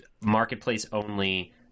marketplace-only